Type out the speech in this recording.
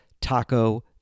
Taco